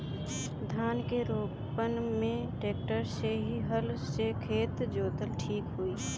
धान के रोपन मे ट्रेक्टर से की हल से खेत जोतल ठीक होई?